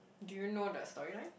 do you know the storyline